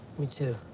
me, too.